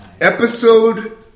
Episode